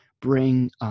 bring